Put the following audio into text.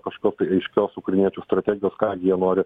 kažkokios tai aiškios ukrainiečių strategijos ką jie nori